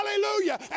hallelujah